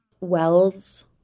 Wells